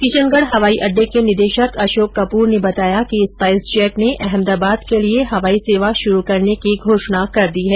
किशनगढ़ हवाई अड्डे के निदेशक अशोक कपूर ने बताया कि स्पाइसजेट ने अहमदाबाद के लिए हवाई सेवा शुरू करने की घोषणा कर दी है